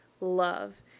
love